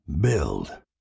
build